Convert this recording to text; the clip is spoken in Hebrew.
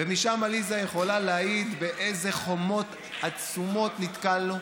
ומשם עליזה יכולה להעיד באיזה חומות עצומות נתקלנו,